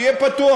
שיהיה פתוח.